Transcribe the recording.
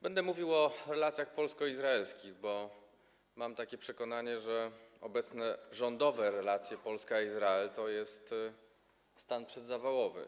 Będę mówił o relacjach polsko-izraelskich, bo mam takie przekonanie, że obecne rządowe relacje Polska - Izrael to jest stan przedzawałowy.